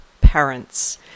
parents